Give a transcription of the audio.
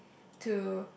to